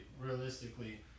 realistically